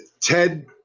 Ted